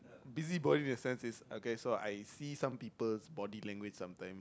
busybody in the sense is okay so I see some people body language sometime